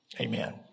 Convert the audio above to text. Amen